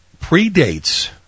predates